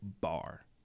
bar